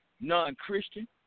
non-Christian